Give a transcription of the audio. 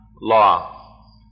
law